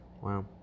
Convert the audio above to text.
Wow